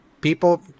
People